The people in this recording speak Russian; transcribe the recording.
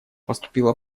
поступила